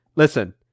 Listen